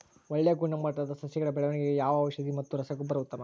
ಒಳ್ಳೆ ಗುಣಮಟ್ಟದ ಸಸಿಗಳ ಬೆಳವಣೆಗೆಗೆ ಯಾವ ಔಷಧಿ ಮತ್ತು ರಸಗೊಬ್ಬರ ಉತ್ತಮ?